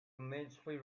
immensely